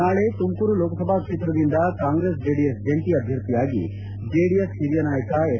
ನಾಳೆ ತುಮಕೂರು ಲೋಕಸಭಾ ಕ್ಷೇತ್ರದಿಂದ Congress JDS ಜಂಟ ಅಭ್ವರ್ಥಿಯಾಗಿ ಜೆಡಿಎಸ್ ಹಿರಿಯ ನಾಯಕ ಎಚ್